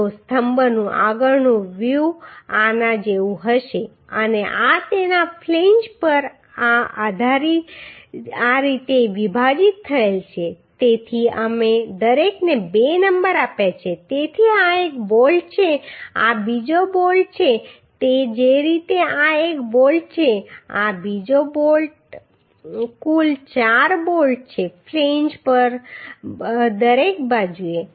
તો સ્તંભનું આગળનું વ્યુ આના જેવું હશે અને આ તેના ફ્લેંજ પર આ રીતે વિભાજિત થયેલ છે તેથી અમે દરેકને બે નંબર આપ્યા છે તેથી આ એક બોલ્ટ છે આ બીજો બોલ્ટ છે તે જ રીતે આ એક બોલ્ટ છે આ બીજો બોલ્ટ છે તેથી કુલ ચાર બોલ્ટ છે ફ્લેંજ પર દરેક બાજુએ